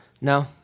no